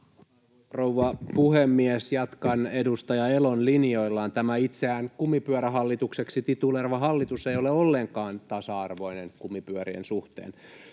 Rouva puhemies! Jatkan edustaja Elon linjoilla. Tämä itseään kumipyörähallitukseksi tituleeraava hallitus ei ole ollenkaan tasa-arvoinen kumipyörien suhteen.